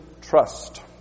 trust